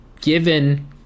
given